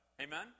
Amen